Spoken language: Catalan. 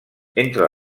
entre